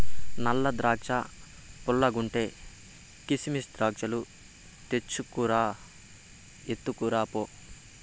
నల్ల ద్రాక్షా పుల్లగుంటే, కిసిమెస్ ద్రాక్షాలు తెచ్చుకు రా, ఎత్తుకురా పో